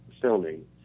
filming